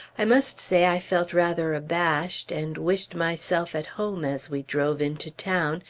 i must say i felt rather abashed and wished myself at home as we drove into town,